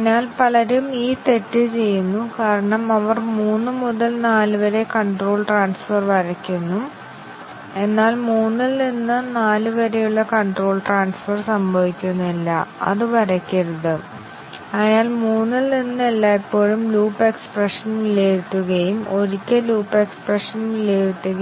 അതിനാൽ ടെസ്റ്റ് കേസുകൾ അനാവശ്യമാണ് കാരണം കംപൈലറിന്റെ ഷോർട്ട് സർക്യൂട്ട് വിലയിരുത്തൽ പല ടെസ്റ്റ് കേസുകളും കാരണം അവ യഥാർത്ഥത്തിൽ ഒരേ മൂല്യങ്ങളിലേക്കോ അതേ എക്സ്പ്രഷൻ മൂല്യനിർണ്ണയത്തിലേക്കോ അതേ കണ്ടീഷണൽ എക്സ്പ്രഷൻ വിലയിരുത്തൽ